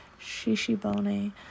Shishibone